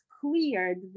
cleared